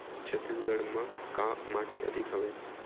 छत्तीसगढ़ म का माटी अधिक हवे?